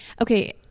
Okay